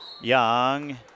Young